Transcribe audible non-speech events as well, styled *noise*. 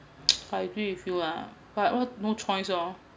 *noise* I agree with you lah but what no choice lor